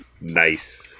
Nice